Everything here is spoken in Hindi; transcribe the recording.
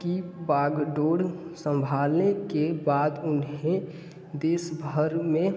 की भाग दौड़ संभाले के बाद उन्हें देश भर में